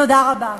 תודה רבה.